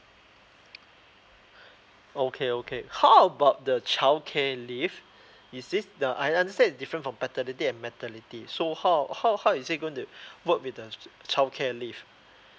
okay okay how about the childcare leave is this the I understand is different from paternity and maternity so how how how is it going to work with the childcare leave